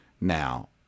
now